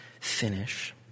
finish